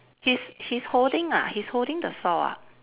he's he's holding ah he's holding the saw ah